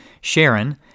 Sharon